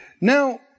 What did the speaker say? Now